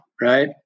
right